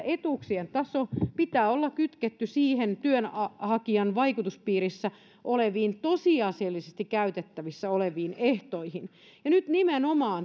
etuuksien tason pitää olla kytketty niihin työnhakijan vaikutuspiirissä oleviin tosiasiallisesti käytettävissä oleviin ehtoihin nyt